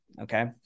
Okay